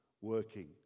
working